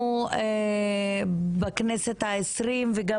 אנחנו עסקנו בכנסת ה-20 וגם